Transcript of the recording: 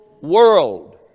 world